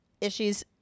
Issues